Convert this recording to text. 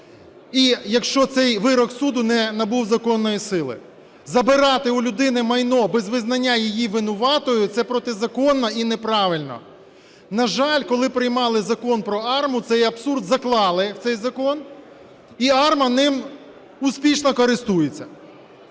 і якщо цей вирок суду не набув законної сили. Забирати у людини майно без визнання її винуватою – це протизаконно і неправильно. На жаль, коли приймали Закон про АРМА, цей абсурд заклали в цей закон, і АРМА ним успішно користується.